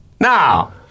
now